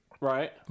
Right